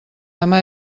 demà